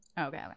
okay